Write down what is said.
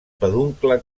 peduncle